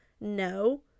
No